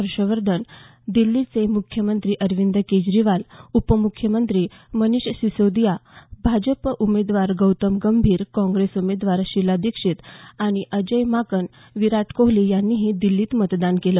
हर्षवर्धन दिल्लीचे मुख्यमंत्री अरविंद केजरीवाल उपमुख्यमंत्री मनीष सिसोदिया भाजप उमेदवार गौतम गंभीर कांग्रेस उमेदवार शीला दीक्षित आणि अजय माकन विराट कोहली यांनीही दिल्लीत मतदान केलं